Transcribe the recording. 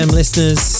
listeners